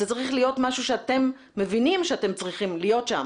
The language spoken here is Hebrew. זה צריך להיות משהו שאתם מבינים שאתם צריכים להיות שם